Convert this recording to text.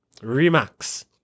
Remax